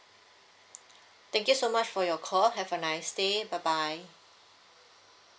thank you so much for your call have a nice day bye bye